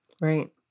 Right